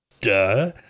Duh